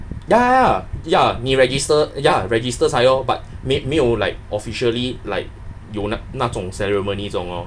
ya ya ya ya 你 register ya register 才 lor 没没没有 like officially like 有那种 ceromony 那种 lor